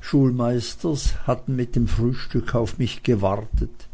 schulmeisters hatten mit dem frühstücke auf mich gewartet